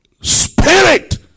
spirit